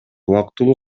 убактылуу